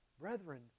Brethren